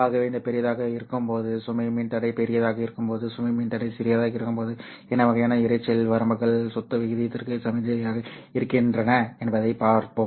ஆகவே இந்த பெரியதாக இருக்கும்போது சுமை மின்தடை பெரியதாக இருக்கும்போது சுமை மின்தடை சிறியதாக இருக்கும்போது என்ன வகையான இரைச்சல் வரம்புகள் சத்த விகிதத்திற்கு சமிக்ஞையாக இருக்கின்றன என்பதைப் பார்ப்போம்